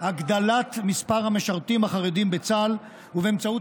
הגדלת מספר המשרתים החרדים בצה"ל ובאמצעות